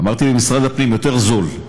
אמרתי למשרד הפנים: יותר זול.